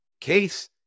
case